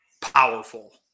powerful